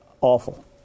awful